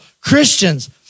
Christians